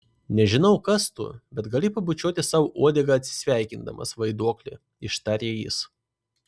nežinau kas tu bet gali pabučiuoti sau uodegą atsisveikindamas vaiduokli ištarė jis